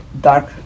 dark